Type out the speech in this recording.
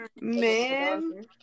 Man